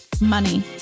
money